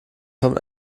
von